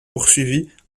poursuivis